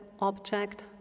object